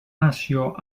nació